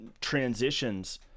transitions